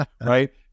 right